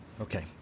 Okay